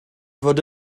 fod